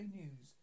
news